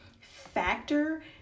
factor